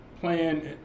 Playing